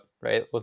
right